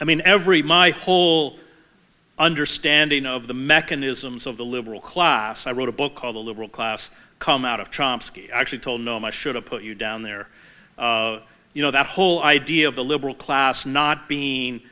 i mean every my whole understanding of the mechanisms of the liberal class i wrote a book called a liberal class come out of actually told no much should i put you down there you know that whole idea of the liberal class not being